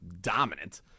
dominant